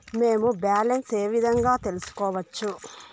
మేము బ్యాలెన్స్ ఏ విధంగా తెలుసుకోవచ్చు?